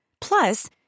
Plus